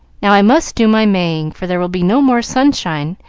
now i must do my maying, for there will be no more sunshine,